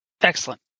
Excellent